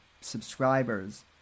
subscribers